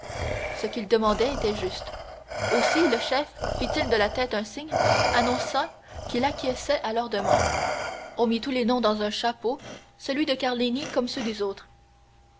ce qu'ils demandaient était juste aussi le chef fit-il de la tête un signe annonçant qu'il acquiesçait à leur demande on mit tous les noms dans un chapeau celui de carlini comme ceux des autres